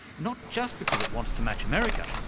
not just because it wants to match america,